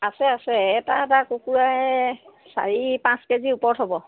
আছে আছে এটা এটা কুকুৰাই চাৰি পাঁচ কেজিৰ ওপৰত হ'ব